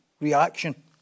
reaction